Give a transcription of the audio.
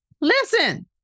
listen